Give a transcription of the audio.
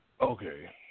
Okay